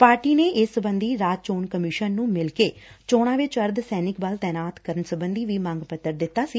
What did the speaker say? party ਨੇ ਇਸ ਸਬੰਧੀ ਰਾਜ ਚੋਣ ਕਮਿਸ਼ਨ ਨੁੰ ਮਿਲਕੇ ਚੋਣਾਂ ਵਿਚ ਅਰਧ ਸੈਨਿਕ ਬਲ ਤੈਨਾਤ ਕਰਨ ਸਬੰਧੀ ਵੀ ਮੰਗ ਪੱਤਰ ਦਿੱਤਾ ਸੀ